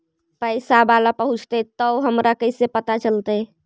पैसा बाला पहूंचतै तौ हमरा कैसे पता चलतै?